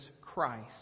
Christ